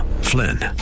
Flynn